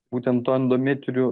būtent to endometriu